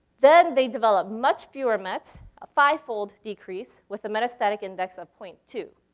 then they develop much fewer mets, a five-fold decreased, with a metastatic index of point two.